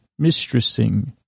mistressing